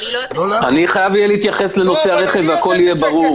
אני חייב להתייחס לנושא הרכב והכול יהיה ברור.